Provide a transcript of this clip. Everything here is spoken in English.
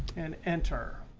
and enter.